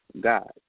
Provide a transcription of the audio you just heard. God